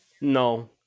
No